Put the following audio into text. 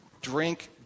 drink